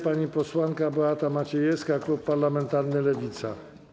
Pani posłanka Beata Maciejewska, klub parlamentarny Lewica.